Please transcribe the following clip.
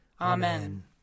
Amen